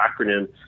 acronym